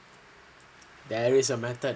there is a method